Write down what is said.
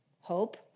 hope